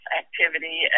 activity